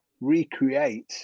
recreate